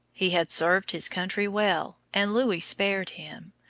he had served his country well, and louis spared him.